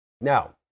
Now